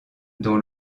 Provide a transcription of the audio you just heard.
dont